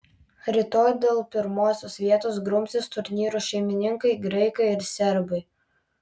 rytoj dėl pirmosios vietos grumsis turnyro šeimininkai graikai ir serbai